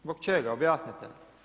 Zbog čega, objasnite?